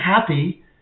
happy